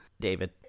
david